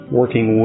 working